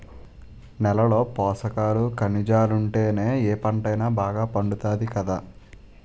నేలలో పోసకాలు, కనిజాలుంటేనే ఏ పంటైనా బాగా పండుతాది కదా